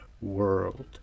world